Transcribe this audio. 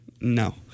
No